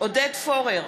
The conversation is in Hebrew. עודד פורר,